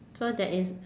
so there is